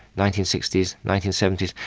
nineteen sixty s, nineteen seventy s,